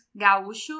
Gaúcho